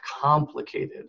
complicated